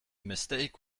mistake